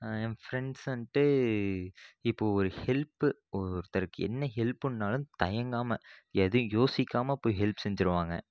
என் friends வந்துட்டு இப்போது ஒரு ஹெல்ப் ஒருத்தருக்கு என்ன ஹெல்ப்புனாலும் தயங்காமல் எதையும் யோசிக்காமல் போய் ஹெல்ப் செஞ்சுருவாங்க